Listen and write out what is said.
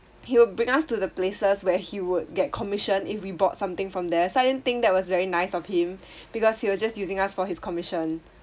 he will bring us to the places where he would get commission if we bought something from there so I didn't think that was very nice of him because he was just using us for his commission